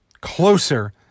Closer